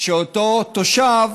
שאותו תושב,